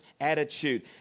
attitude